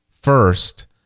first